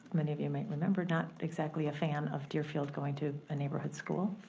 many of you might remember, not exactly a fan of deerfield going to a neighborhood school.